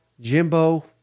Jimbo